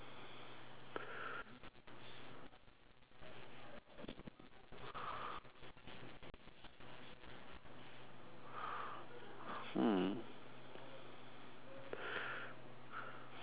hmm